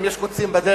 אם יש קוצים בדרך.